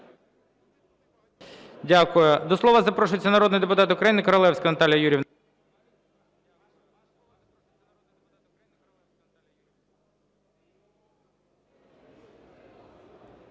Дякую. До слова запрошується народний депутат України Королевська Наталія Юріївна.